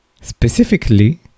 Specifically